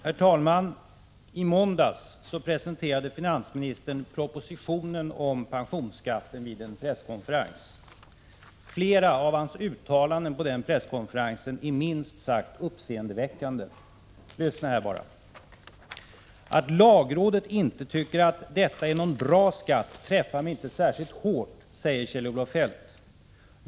Prot. 1986/87:21 Herr talman! I måndags presenterade finansministern propositionen om 7november 1986 pensionsskatten vid en presskonferens. Flera av hans uttalanden på press=== md ag o konferensen är minst sagt uppseendeväckande. Lyssna här bara: Att lagrådet inte tycker att detta är någon bra skatt träffar mig inte särskilt hårt, säger Kjell-Olof Feldt.